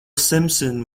simpson